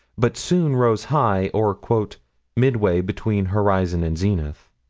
but soon rose high, or midway between horizon and zenith.